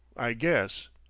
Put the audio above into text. i guess?